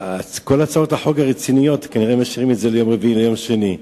כי את כל הצעות החוק הרציניות כנראה משאירים ליום רביעי וליום שני,